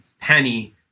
penny